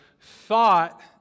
thought